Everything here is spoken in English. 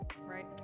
right